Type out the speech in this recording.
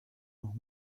noch